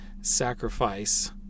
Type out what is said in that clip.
sacrifice